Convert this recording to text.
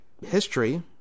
history